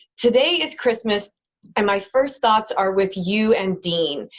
today is christmas and my first thoughts are with you and deane.